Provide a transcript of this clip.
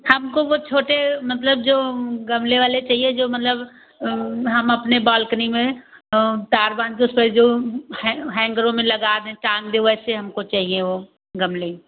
हमको वह छोटे मतलब जो गमले वाले चाहिए जो मतलब हम अपने बालकनी में तारबान जैसे जो हैं हैंगरों में लगा दें टाँग दे वैसे हमको चाहिए वे गमले